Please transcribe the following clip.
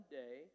day